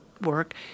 work